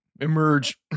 emerge